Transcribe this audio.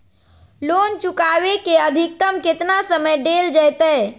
Loan चुकाबे के अधिकतम केतना समय डेल जयते?